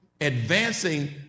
advancing